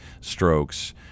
strokes